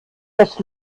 das